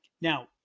Now